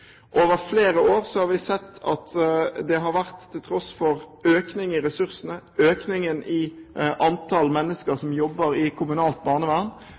Over flere år har vi sett at det til tross for økningen i ressursene, økningen i antallet mennesker som jobber i kommunalt barnevern,